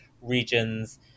regions